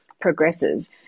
progresses